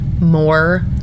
more